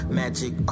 magic